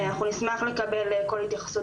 כמו שהתחלתי,